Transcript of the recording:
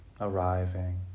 arriving